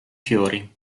fiori